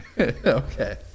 Okay